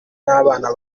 n’abana